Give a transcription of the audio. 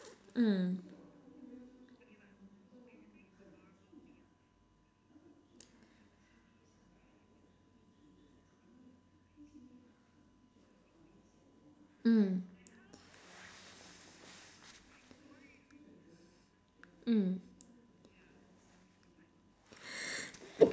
mm mm